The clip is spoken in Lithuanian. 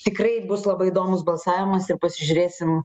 tikrai bus labai įdomus balsavimas ir pasižiūrėsim